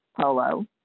polo